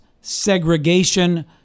segregation